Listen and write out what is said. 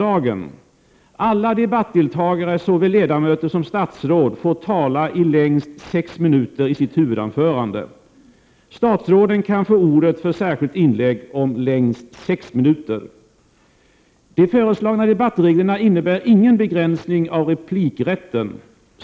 Alla debattdeltagare — såväl ledamöter som statsråd — får tala i längst sex minuter i sitt huvudanförande. Statsråden kan få ordet för särskilt inlägg om längst sex minuter. De föreslagna debattreglerna innebär ingen begränsning av replikrätten.